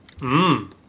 Mmm